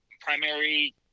primary